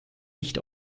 nicht